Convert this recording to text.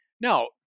Now